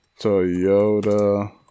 Toyota